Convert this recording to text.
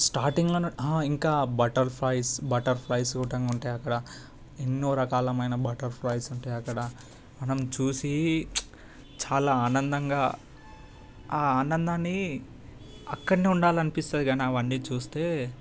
starting ఇంకా butterflies butterflies గుట్టంగా ఉంటాయి అక్కడ ఎన్నో రకాల మైన బటర్ఫ్లైస్ ఉంటే అక్కడ మనం చూసి చాలా ఆనందంగా ఆ ఆనందాన్ని అక్కడనే ఉండాలనిపిస్తుంది కాని అవన్నీ చూస్తే